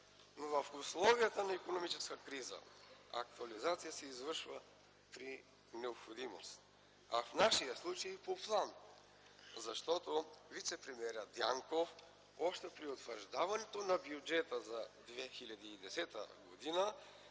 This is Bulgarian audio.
В условията на икономическа криза актуализация се извършва при необходимост, а в нашия случай – по план, защото при вицепремиера Дянков още при утвърждаването на бюджета за 2010 г.